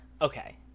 okay